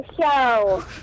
show